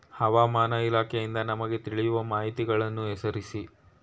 ಹವಾಮಾನ ಇಲಾಖೆಯಿಂದ ನಮಗೆ ತಿಳಿಯುವ ಮಾಹಿತಿಗಳನ್ನು ಹೆಸರಿಸಿ?